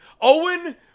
Owen